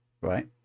right